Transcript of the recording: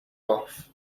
off